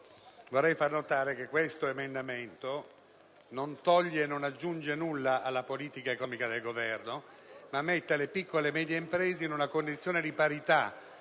vorrei far notare che l'emendamento 2.23 non toglie e non aggiunge nulla alla politica economica del Governo, ma mette le piccole e medie imprese in una condizione di parità